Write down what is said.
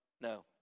No